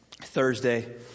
Thursday